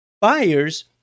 buyers